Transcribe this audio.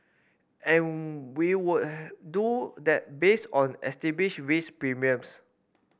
and we would do that based on risk premiums